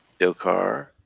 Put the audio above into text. Dokar